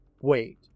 wait